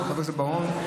חבר הכנסת בוארון,